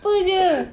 apa jer